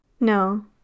No